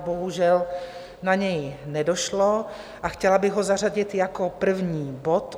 Bohužel na něj nedošlo a chtěla bych ho zařadit jako první bod.